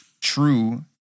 true